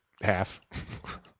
half